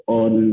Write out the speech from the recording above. on